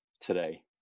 today